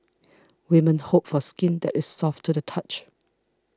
women hope for skin that is soft to the touch